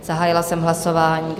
Zahájila jsem hlasování.